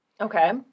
Okay